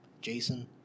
Jason